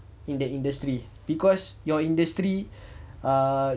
in the industry because your industry uh